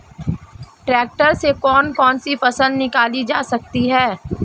Tractor से कौन कौनसी फसल निकाली जा सकती हैं?